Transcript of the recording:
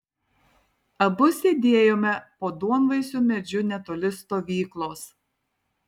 abu sėdėjome po duonvaisiu medžiu netoli stovyklos